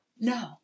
No